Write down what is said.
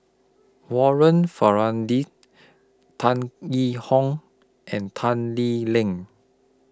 Warren Ferndez Tan Yee Hong and Tan Lee Leng